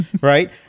right